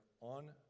On